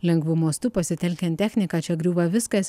lengvu mostu pasitelkiant techniką čia griūva viskas